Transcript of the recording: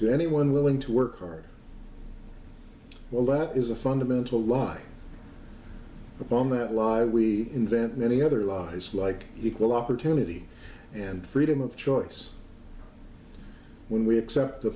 to anyone willing to work hard well that is a fundamental lie upon that live we invent many other lies like equal opportunity and freedom of choice when we accept the